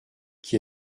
qui